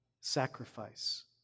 sacrifice